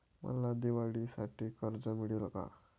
मला दिवाळीसाठी कर्ज मिळेल का?